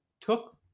took